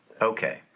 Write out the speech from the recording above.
Okay